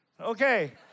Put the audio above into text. Okay